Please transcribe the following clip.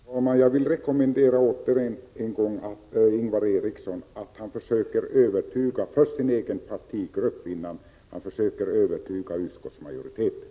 Herr talman! Jag vill än en gång rekommendera Ingvar Eriksson att försöka övertyga sin egen partigrupp, innan han försöker övertyga utskottsmajoriteten.